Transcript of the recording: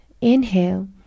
inhale